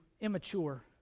immature